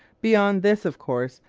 beyond this, of course,